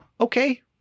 okay